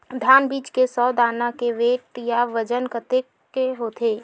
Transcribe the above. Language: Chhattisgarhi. धान बीज के सौ दाना के वेट या बजन कतके होथे?